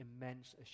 immense